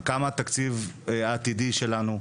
התקציב העתידי שלנו,